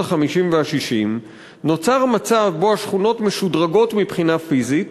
ה-50 וה-60 נוצר מצב שהשכונות משודרגות מבחינה פיזית,